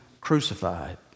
crucified